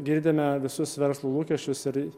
girdime visus verslo lūkesčius ir